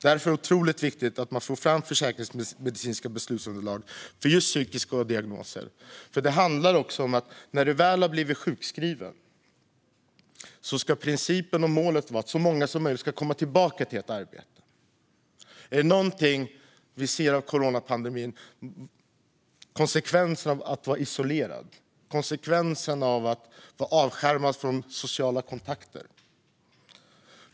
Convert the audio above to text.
Därför är det otroligt viktigt att få fram försäkringsmedicinska beslutsunderlag för psykiska diagnoser, för när personer väl har blivit sjukskrivna ska principen och målet vara att så många som möjligt ska komma tillbaka till arbetet. Om det är något vi ser i coronapandemin är det konsekvensen av att vara isolerad och avskärmad från sociala kontakter.